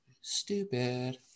stupid